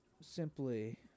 simply